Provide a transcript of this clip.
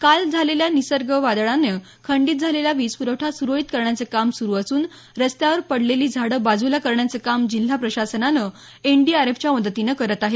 काल आलेल्या निसर्ग वादळानं खंडीत झालेला वीजपुरवठा सुरळीत करण्याचं काम सुरु असून रस्त्यावर पडलेली झाडं बाजूला करण्याचे काम जिल्हा प्रशासन एनडीआरएफच्या मदतीनं करत आहे